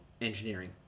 Engineering